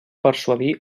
persuadir